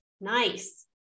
Nice